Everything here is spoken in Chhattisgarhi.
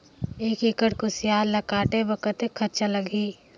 एक एकड़ कुसियार ल काटे बर कतेक खरचा लगही?